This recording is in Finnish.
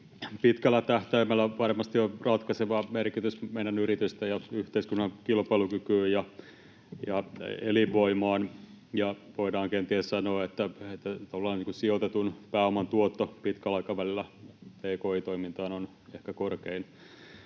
pitkällä tähtäimellä on varmasti ratkaiseva merkitys meidän yritysten ja yhteiskunnan kilpailukykyyn ja elinvoimaan. Voidaan kenties sanoa, että sijoitetun pääoman tuotto pitkällä aikavälillä tki-toimintaan on ehkä korkein.